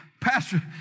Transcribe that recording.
Pastor